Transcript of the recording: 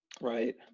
Right